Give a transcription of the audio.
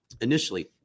initially